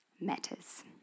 matters